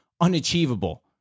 unachievable